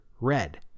red